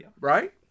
Right